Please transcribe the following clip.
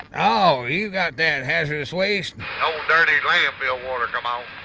oh, you got that hazardous waste? old dirty landfill water, come on.